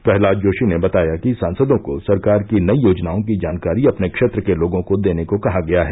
प्रहलाद जोशी ने बताया कि सांसदों को सरकार की नई योजनाओं की जानकारी अपने क्षेत्र के लोगों को देने को कहा गया है